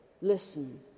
listen